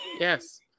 Yes